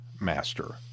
master